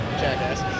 jackass